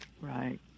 Right